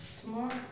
tomorrow